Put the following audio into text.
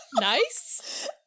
Nice